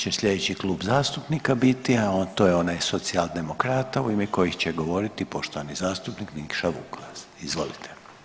Sad će slijedeći Kluba zastupnika biti, a to je onaj Socijaldemokrata u ime kojih će govoriti poštovani zastupnik Nikša Vukas, izvolite.